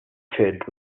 filled